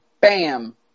bam